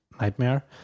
nightmare